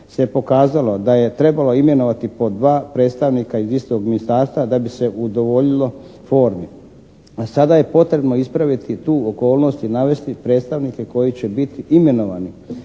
se pokazalo da je trebalo imenovati po dva predstavnika iz istog ministarstva da bi se udovoljilo formi, a sada je potrebno ispraviti tu okolnost i navesti predstavnike koji će biti imenovani